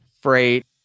freight